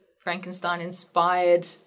Frankenstein-inspired